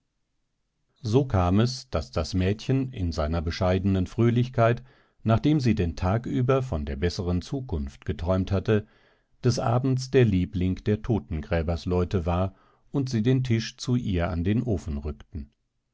so kam es daß das mädchen in seiner bescheidenen fröhlichkeit nachdem sie den tag über von der besseren zukunft geträumt hatte des abends der liebling der totengräbersleute war und sie den tisch zu ihr an den ofen rückten